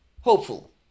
hopeful